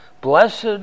Blessed